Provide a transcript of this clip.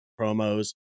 promos